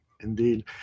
Indeed